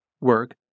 work